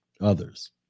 others